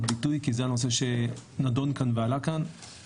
ביטוי כי זה הנושא שנדון כאן ועלה כאן,